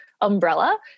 umbrella